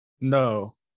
No